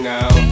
Now